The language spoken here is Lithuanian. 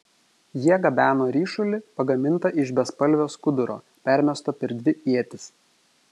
jie gabeno ryšulį pagamintą iš bespalvio skuduro permesto per dvi ietis